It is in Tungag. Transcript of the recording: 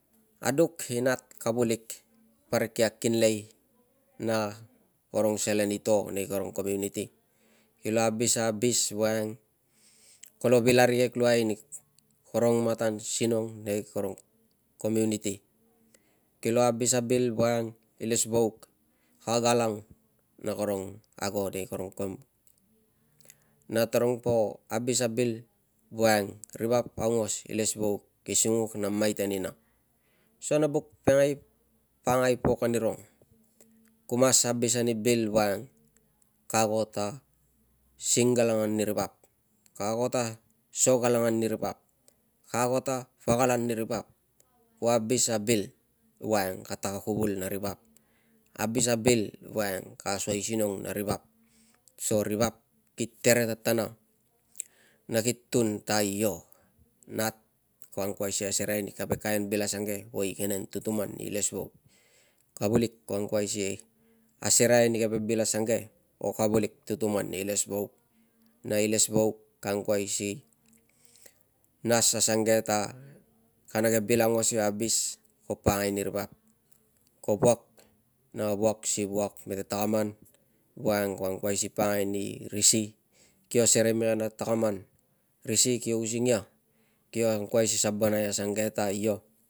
Aduk i nat, kavulik parik kia kinlei na karong selen i to nei karong komuniti. Kilo abis a abis woiang kolo vil arikek luai ni karong matan sinong nei karong komuniti, kilo abis a bil woiang ilesvauk ka galang na karung ago nei karong komuniti na tarung po abis a bil woiang ri vap aungos ilesvauk ki sunguk na maiten ina so no buk pakangai pok anirung. Ku mas abis ani bil woiang ka ago ta singgalangan ni ri vap- ka ago ta sogalangan ni ri vap, ka ago ta pagal ani ri vap, ku abis a bil woiang ka tak akuvul na ri vap- abis a bil woiang ka asoisinong na ri vap so ri vap ki tere tatana na ki tun ta io, nat ko angkuai si asereai ni keve kain bil asange ko igenen tutuman ilesvauk kavulik ko angkuai si asereai ni keve bil asange ko kavulik tutuman ilesvauk na ilesvauk ka angkuai si nas asange ta kana ke bil aungos io abis ko pakangai ani ri vap. Ko wuak na wuak si wuak mete takaman woiang ko angkuai si pakangai ni ri si kio serei mete kana takaman, ri si kio using ia, kio angkuai si sabonai asange ta io.